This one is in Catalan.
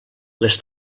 les